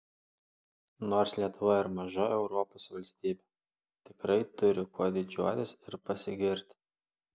nors lietuva ir maža europos valstybė tikrai turi kuo didžiuotis ir pasigirti